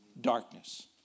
Darkness